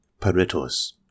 paretos